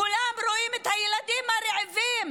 כולם רואים את הילדים הרעבים.